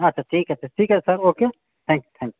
আচ্ছা ঠিক আছে ঠিক আছে sir okay thank you thank you